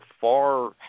far